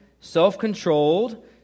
self-controlled